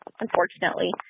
unfortunately